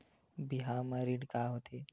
बिहाव म ऋण का होथे?